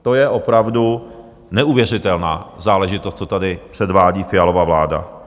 To je opravdu neuvěřitelná záležitost, co tady předvádí Fialova vláda.